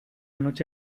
noche